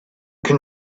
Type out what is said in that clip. can